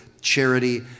charity